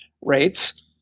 rates